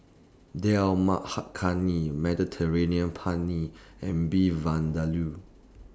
Dal Makhani Mediterranean Penne and Beef Vindaloo